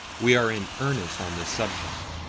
we are in earnest on this subject.